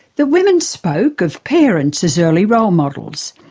the women spoke of parents as early role models,